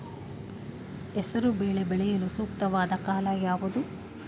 ಹೆಸರು ಬೇಳೆ ಬೆಳೆಯಲು ಸೂಕ್ತವಾದ ಕಾಲ ಯಾವುದು?